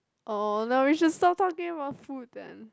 oh no we should stop talking about food then